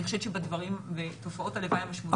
אני חושבת שבתופעות הלוואי המשמעותיים אנחנו מדווחים.